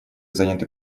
заняты